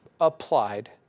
applied